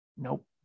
Nope